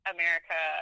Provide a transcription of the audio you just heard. America